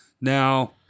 Now